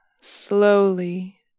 slowly